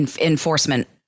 enforcement